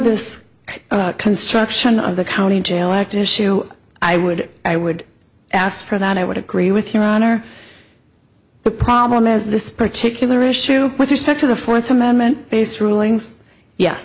this construction of the county jail act issue i would i would ask for that i would agree with your honor the problem is this particular issue with respect to the fourth amendment based rulings ye